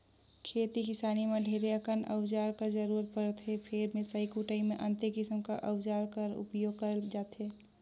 खेती किसानी मे ढेरे अकन अउजार कर जरूरत परथे फेर मिसई कुटई मे अन्ते किसिम कर अउजार कर उपियोग करल जाथे